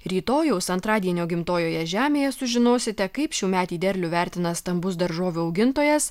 rytojaus antradienio gimtojoje žemėje sužinosite kaip šiųmetį derlių vertina stambus daržovių augintojas